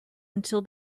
until